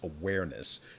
awareness